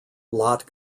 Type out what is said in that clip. lotte